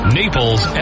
naples